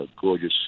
gorgeous